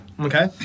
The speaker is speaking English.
Okay